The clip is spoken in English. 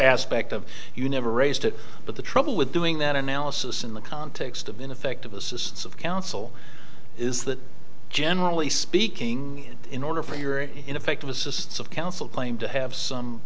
aspect of you never raised it but the trouble with doing that analysis in the context of ineffective assistance of counsel is that generally speaking in order for your ineffective assistance of counsel claim to have some